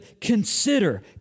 consider